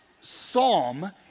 Psalm